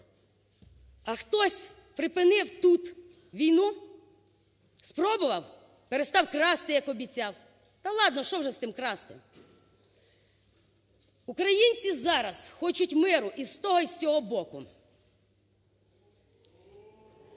А хтось припинив тут війну? Спробував, перестав красти, як обіцяв? Та ладно, що вже з тим красти. Українці зараз хочуть миру і з того, і з цього боку.